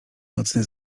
nocny